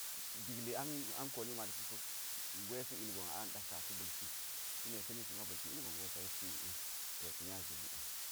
Ba̱k li ang ang kooni malsi so ngwesi ilgon a ang ɗak ka aka̱ ba̱lsi kume ka̱ nisi ma ba̱lti ilgon go sa yiski i'e to ta̱ nya zini ang.